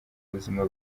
buzima